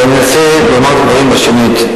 ואני אנסה לומר את הדברים בשנית,